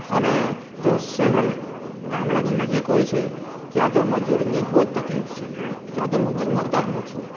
અને જો શહેર ગામડાથી નજીક હોય છે ત્યાં તો મજૂરની જ બહુ તકલીફ છે ત્યાં તો મજૂર મળતાં જ નથી